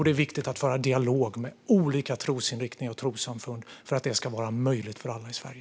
Det är viktigt att föra dialog med olika trosinriktningar och trossamfund för att detta ska vara möjligt för alla i Sverige.